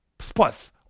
spots